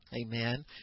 Amen